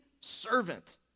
servant